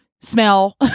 smell